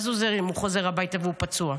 מה זה עוזר אם הוא חוזר הביתה והוא פצוע?